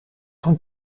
van